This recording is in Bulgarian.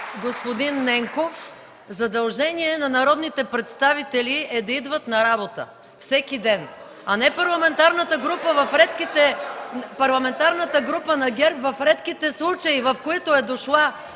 господин Ненков, задължение на народните представители е да идват на работа всеки ден, а не Парламентарната група на ГЕРБ в редките случаи, в които е дошла